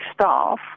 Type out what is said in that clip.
staff